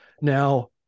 Now